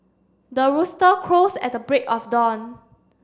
the rooster crows at the break of dawn